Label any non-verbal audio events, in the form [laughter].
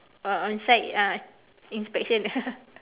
uh on site uh inspection [laughs]